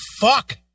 fuck